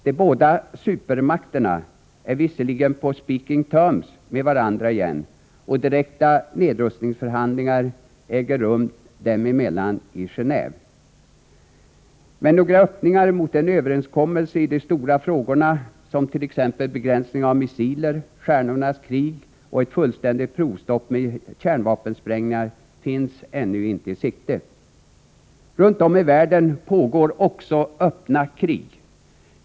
De båda supermakterna är visserligen på ”speaking terms” med varandra igen, och direkta nedrustningsförhandlingar äger rum dem emellan i Geneve. Men några öppningar mot en överenskommelse i de stora frågorna om begränsningar av missiler, stjärnornas krig och ett fullständigt provstopp för kärnvapensprängningar finns ännu inte i sikte. Runt om i världen pågår också öppna krig.